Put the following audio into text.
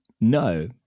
no